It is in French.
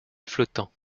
flottant